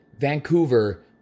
Vancouver